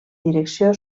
direcció